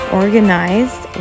organized